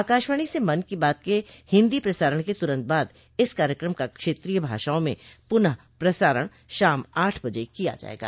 आकाशवाणी से मन की बात के हिंदी प्रसारण के तुरन्त बाद इस कार्यक्रम का क्षेत्रीय भाषाओं में पुनः प्रसारण शाम आठ बजे किया जाएगा